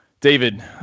David